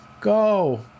Go